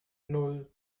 nan